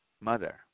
mother